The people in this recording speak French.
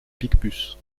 picpus